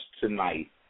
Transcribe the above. tonight